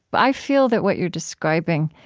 but i feel that what you're describing